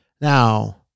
Now